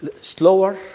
Slower